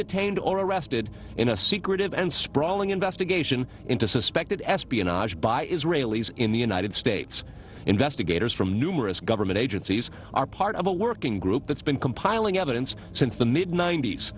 detained or arrested in a secretive and sprawling investigation into suspected espionage by israelis in the united states investigators from numerous government agencies are part of a working group that's been compiling evidence since the mid ninet